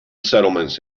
settlements